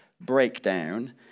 breakdown